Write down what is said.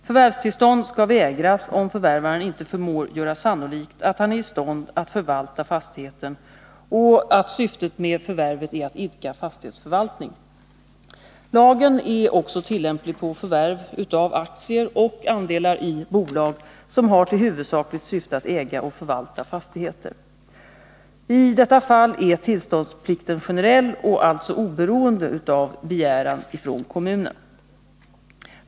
Förvärvstillstånd skall vägras om förvärvaren inte förmår göra sannolikt att han är i stånd att förvalta fastigheten och att syftet med förvärvet är att idka fastighetsförvaltning. Lagen är också tillämplig på förvärv av aktier och andelar i bolag som har till huvudsakligt syfte att äga och förvalta fastigheter. I detta fall är tillståndsplikten generell och alltså oberoende av begäran från kommunen.